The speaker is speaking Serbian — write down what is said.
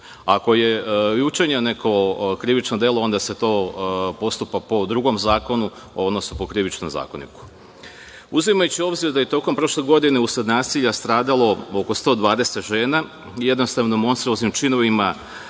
Ako je i učinjeno neko krivično delo, onda se to postupa po drugom zakonu, odnosno po Krivičnom zakoniku. Uzimajući u obzir da je tokom prošle godine usled nasilja stradalo oko 120 žena, jednostavno monstruoznim činovima